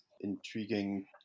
intriguing